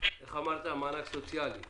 מענק סוציאלי